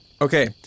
Okay